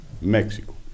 Mexico